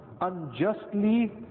unjustly